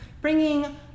bringing